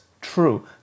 true